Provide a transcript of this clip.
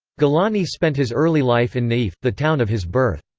gilani spent his early life in na'if, the town of his birth.